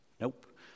Nope